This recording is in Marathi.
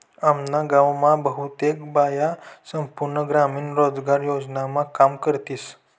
आम्ना गाव मा बहुतेक बाया संपूर्ण ग्रामीण रोजगार योजनामा काम करतीस